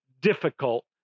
difficult